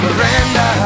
Miranda